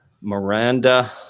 Miranda